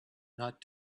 not